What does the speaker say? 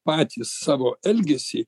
patys savo elgesį